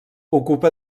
ocupa